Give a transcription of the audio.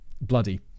bloody